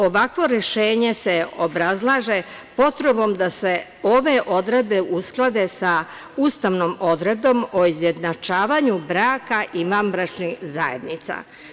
Ovakvo rešenje se obrazlaže potrebom da se ove odredbe usklade sa ustavnom odredbom o izjednačavanju braka i vanbračnih zajednica.